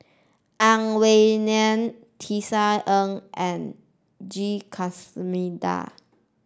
Ang Wei Neng Tisa Ng and G